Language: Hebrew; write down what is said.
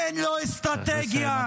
אין אסטרטגיה,